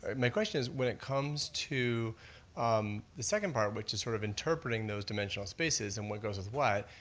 my question is when it comes to um the second part, which is sort of interpreting those dimensional spaces and what goes with what,